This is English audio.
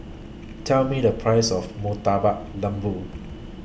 Tell Me The Price of Murtabak Lembu